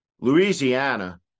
Louisiana